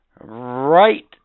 Right